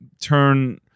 turn